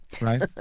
right